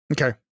Okay